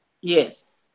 Yes